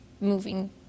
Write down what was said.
moving